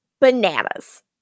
Bananas